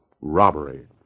robbery